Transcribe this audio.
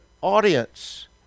audience